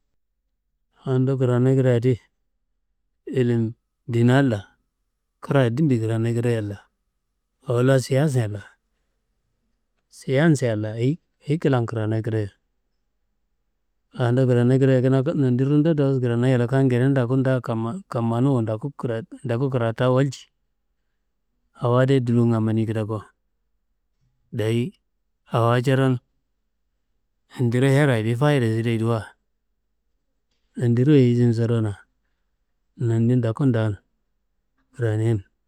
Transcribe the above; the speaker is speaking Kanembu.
Awondo kranoyi kreyo ti, ilim ndina walla, kra adinde kranoyi kreyo walla, awo la siansiye walla siansiye walla ayi, ayi klan kranoyi kedoyo, awondo kranoyi kedoye nondi rundo do kranoyi walla kamngeden ndoku da kamma kammanuma ndoku kratua walci awo adiye dullunga maniyi kedako. Dayi awa coron intere herra yedi fayide sideyediwa yendiro izin sodona, nondin ndoku da kranen